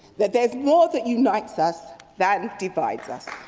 that there is more that unites us than divides us.